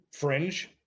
fringe